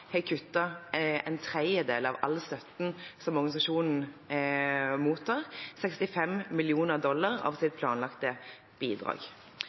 har kuttet en tredjedel av all støtte som organisasjonen mottar, 65 mill. dollar av sitt planlagte bidrag.